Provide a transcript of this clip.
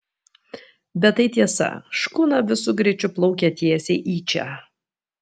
bet tai tiesa škuna visu greičiu plaukia tiesiai į čia